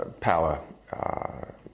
power